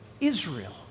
Israel